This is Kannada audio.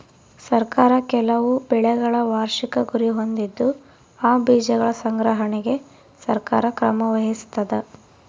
ಸರ್ಕಾರ ಕೆಲವು ಬೆಳೆಗಳ ವಾರ್ಷಿಕ ಗುರಿ ಹೊಂದಿದ್ದು ಆ ಬೀಜಗಳ ಸಂಗ್ರಹಣೆಗೆ ಸರ್ಕಾರ ಕ್ರಮ ವಹಿಸ್ತಾದ